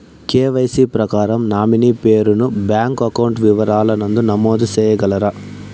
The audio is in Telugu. కె.వై.సి ప్రకారం నామినీ పేరు ను బ్యాంకు అకౌంట్ వివరాల నందు నమోదు సేయగలరా?